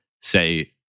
say